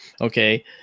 okay